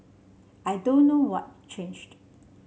I don't know what changed